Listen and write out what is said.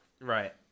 Right